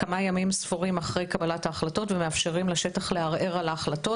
כמה ימים ספורים אחרי קבלת ההחלטות ומאפשרים לשטח לערער על ההחלטות,